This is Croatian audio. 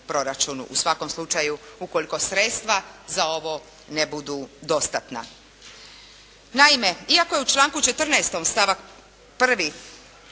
u svakom slučaju ukoliko sredstva za ovo ne budu dostatna.